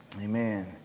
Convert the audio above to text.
amen